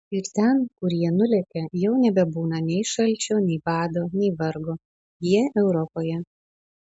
ir ten kur jie nulekia jau nebebūna nei šalčio nei bado nei vargo jie europoje